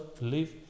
live